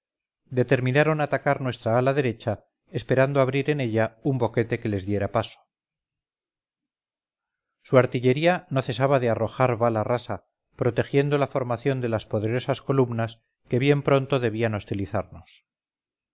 determinaron atacar nuestra ala derecha esperando abrir en ella un boquete que les diera paso su artillería no cesaba de arrojar bala rasa protegiendo la formación de las poderosas columnas que bien pronto debían hostilizarnos